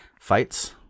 Fights